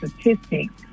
statistics